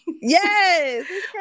yes